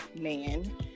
Man